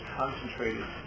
concentrated